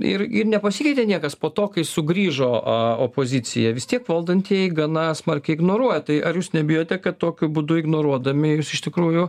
ir ir nepasikeitė niekas po to kai sugrįžo a opozicija vis tiek valdantieji gana smarkiai ignoruoja tai ar jūs nebijote kad tokiu būdu ignoruodami jūs iš tikrųjų